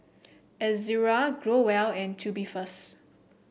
Ezerra Growell and Tubifast